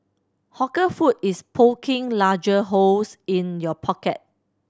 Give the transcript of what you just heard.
hawker food is poking larger holes in your pocket